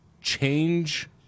change